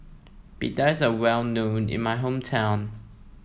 Pita is well known in my hometown